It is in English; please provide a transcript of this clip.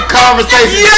conversation